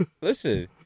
listen